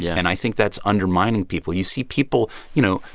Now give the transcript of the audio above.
yeah and i think that's undermining people. you see people, you know,